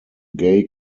gay